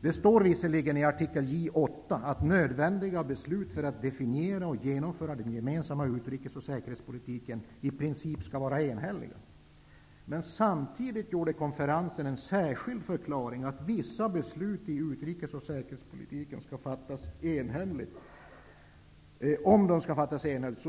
Det står visserligen i artikel J8 att nödvändiga beslut för att definiera och genomföra den gemensamma utrikes och säkerhetspolitiken i princip skall vara enhälliga. Men samtidigt gjorde konferensen en särskild förklaring att om vissa beslut i utrikes och säkerhetspolitiken skall fattas enhälligt,